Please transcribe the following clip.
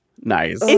nice